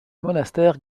monastère